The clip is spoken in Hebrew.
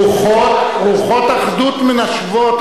רוחות אחדות מנשבות,